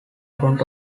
front